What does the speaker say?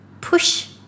push